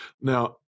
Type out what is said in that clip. Now